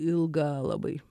ilga labai